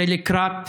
זה לקראת